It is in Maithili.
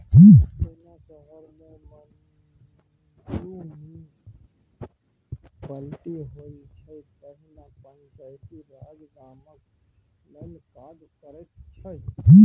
जेना शहर मे म्युनिसप्लिटी होइ छै तहिना पंचायती राज गामक लेल काज करैत छै